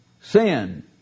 sin